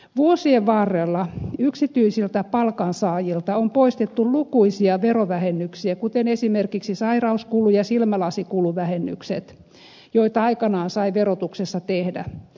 vuosien varrella yksityisiltä palkansaajilta on poistettu lukuisia verovähennyksiä kuten esimerkiksi sairauskulu ja silmälasikuluvähennykset joita aikanaan sai verotuksessa tehdä